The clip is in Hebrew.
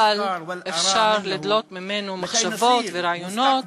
אבל אפשר לדלות ממנו מחשבות ורעיונות